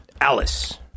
Alice